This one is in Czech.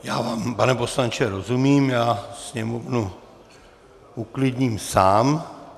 Já vám, pane poslanče rozumím, já sněmovnu uklidním sám.